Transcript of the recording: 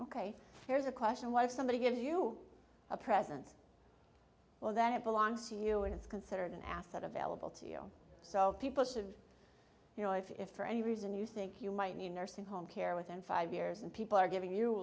ok here's a question what if somebody gives you a present well then it belongs to you and it's considered an asset available to you so people should you know if for any reason you think you might need nursing home care within five years and people are giving you